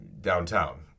downtown